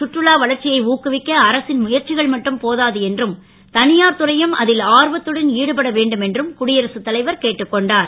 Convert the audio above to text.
கற்றுலா வளர்ச்சியை ஊக்குவிக்க அரசின் முயற்சிகள் மட்டும் போதாது என்றும் த யார் துறையும் அ ல் ஆர்வத்தடன் ஈடுபட வேண்டும் என்றும் குடியரசுத் தலைவர் கேட்டுக் கொண்டார்